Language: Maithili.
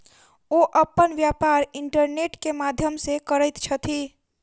ओ अपन व्यापार इंटरनेट के माध्यम से करैत छथि